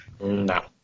No